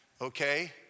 Okay